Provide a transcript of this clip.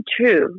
true